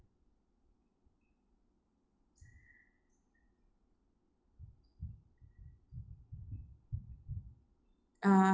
uh